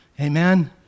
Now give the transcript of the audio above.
amen